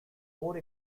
more